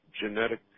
genetic